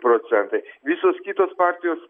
procentai visos kitos partijos